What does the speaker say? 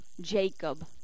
Jacob